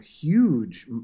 huge